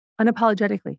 unapologetically